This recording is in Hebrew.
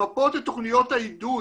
למפות את תכניות העידוד